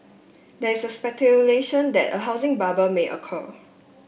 there is speculation that a housing bubble may occur